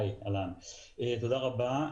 תודה רבה.